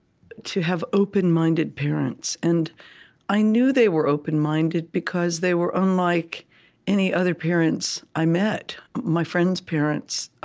to have open-minded parents. and i knew they were open-minded, because they were unlike any other parents i met, my friends' parents.